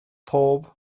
pob